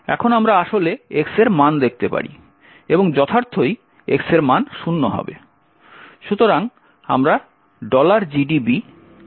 এখন আমরা আসলে x এর মান দেখতে পারি এবং যথার্থই x এর মান শূন্য হবে